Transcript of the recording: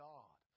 God